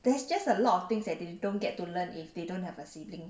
there's just a lot of things that they don't get to learn if they don't have a sibling